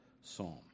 psalm